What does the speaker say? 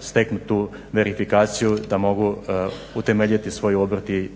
steknu tu verifikaciju da mogu utemeljiti svoj obrt i